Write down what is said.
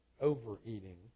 overeating